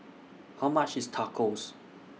How much IS Tacos